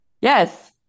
Yes